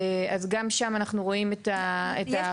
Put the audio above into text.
גם שם אנחנו רואים את החריגות.